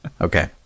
Okay